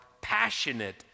passionate